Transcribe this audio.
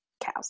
cows